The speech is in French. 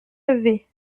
levées